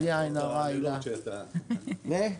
הצעת צו היבוא והיצוא (איסור ייבוא כלי איירסופט) וכולי.